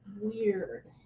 weird